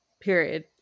period